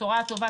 הבשורה הטובה,